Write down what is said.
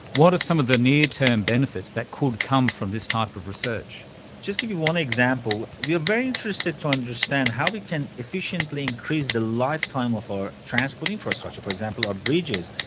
what are some of the near-term benefits that could come from this type of research? i'll just give you one example. we are very interested to understand how we can efficiently increase the lifetime of our transport infrastructure, for example our bridges,